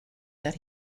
that